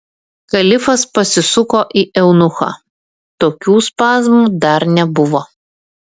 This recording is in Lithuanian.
kalifas pasisuko į eunuchą tokių spazmų dar nebuvo